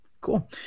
Cool